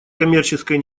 коммерческой